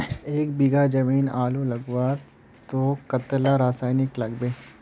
एक बीघा जमीन आलू लगाले तो कतेक रासायनिक लगे?